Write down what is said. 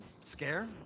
scare